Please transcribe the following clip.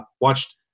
watched –